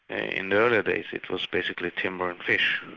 in the earlier days it was basically timber and fish,